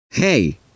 Hey